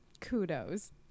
kudos